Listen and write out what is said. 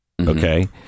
okay